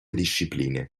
discipline